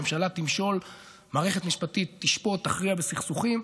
ממשלה תמשול ומערכת משפטית תשפוט ותכריע בסכסוכים.